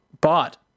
bought